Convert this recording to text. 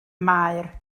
maer